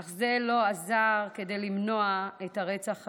אך זה לא עזר כדי למנוע את הרצח הזה.